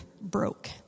broke